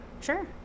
Sure